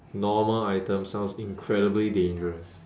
normal item sounds incredibly dangerous